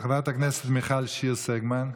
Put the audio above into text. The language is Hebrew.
חברת הכנסת מיכל שיר סגמן,